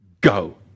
go